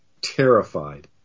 terrified